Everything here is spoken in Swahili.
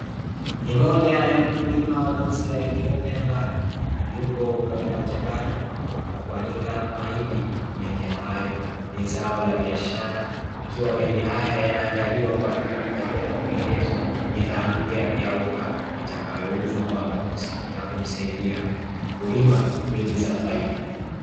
Ni mmoja wa wakulima wa jinsia ya kiume ambaye yupo katika mchakato wa kuanika mahindi, mahindi ambayo ni zao la biashara ikiwa mahindi haya yana andaliwa kwa ajili ya kwenda kutengeneza bidhaa mpya ya unga itakayo uzwa kwa wanunuzi na kumsaidia mkulima kuingiza faida.